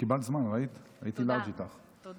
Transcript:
תודה